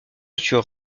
sur